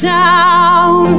down